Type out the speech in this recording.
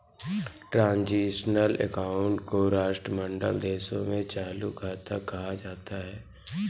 transitional account को राष्ट्रमंडल देशों में चालू खाता कहा जाता है